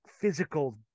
physical